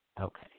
Okay